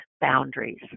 boundaries